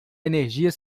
energia